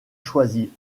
choisi